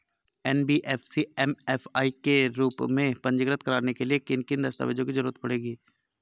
NBFC MFI के रूप में पंजीकृत कराने के लिए किन किन दस्तावेजों की जरूरत पड़ेगी?